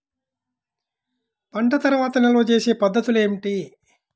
పంట తర్వాత నిల్వ చేసే పద్ధతులు ఏమిటి?